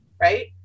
Right